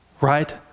right